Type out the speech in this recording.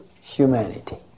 humanity